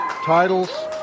titles